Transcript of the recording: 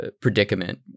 predicament